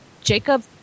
Jacob